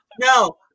No